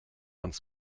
uns